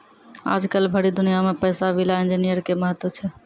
आजकल भरी दुनिया मे पैसा विला इन्जीनियर के महत्व छै